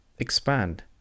expand